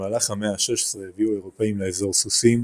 במהלך המאה ה-16 הביאו האירופאים לאזור סוסים,